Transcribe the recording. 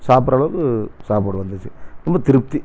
சாப்புடுற அளவுக்கு சாப்பாடு வந்துச்சு ரொம்ப திருப்தி